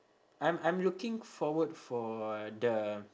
I'm I'm looking forward for the